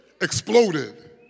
exploded